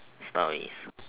stories